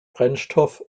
brennstoff